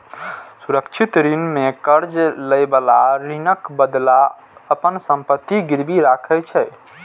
सुरक्षित ऋण मे कर्ज लएबला ऋणक बदला अपन संपत्ति गिरवी राखै छै